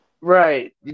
right